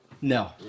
No